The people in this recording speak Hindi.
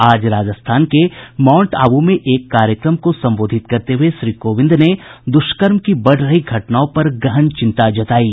आज राजस्थान के मांउट आबू में एक कार्यक्रम को संबोधित करते हुए श्री कोविंद ने द्रष्कर्म की बढ़ रही घटनाओं पर गहन चिंता जतायी